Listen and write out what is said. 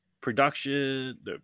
Production